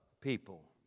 people